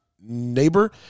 neighbor